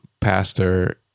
pastor